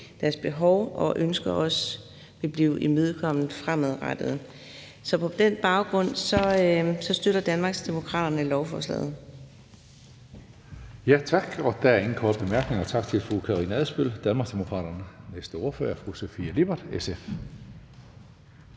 deres behov og ønsker også vil blive imødekommet fremadrettet. Så på den baggrund støtter Danmarksdemokraterne lovforslaget.